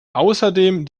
außerdem